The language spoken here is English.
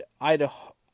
Idaho